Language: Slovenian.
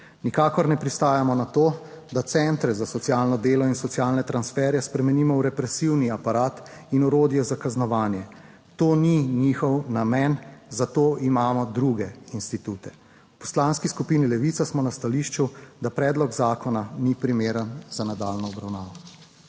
Nikakor ne pristajamo na to, da centre za socialno delo in socialne transferje spremenimo v represivni aparat in orodje za kaznovanje. To ni njihov namen, za to imamo druge institute. V Poslanski skupini Levica smo na stališču, da predlog zakona ni primeren za nadaljnjo obravnavo.